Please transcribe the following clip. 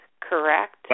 correct